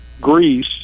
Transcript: Greece